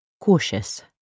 Cautious